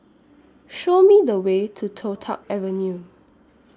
Show Me The Way to Toh Tuck Avenue